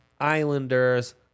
Islanders